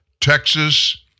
Texas